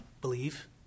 Believe